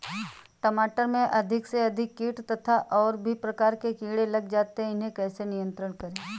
टमाटर में अधिक से अधिक कीट तथा और भी प्रकार के कीड़े लग जाते हैं इन्हें कैसे नियंत्रण करें?